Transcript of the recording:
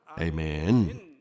Amen